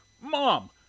Mom